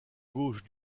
gauche